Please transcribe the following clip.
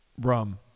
Rum